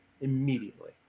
Immediately